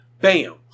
Bam